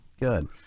Good